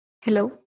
hello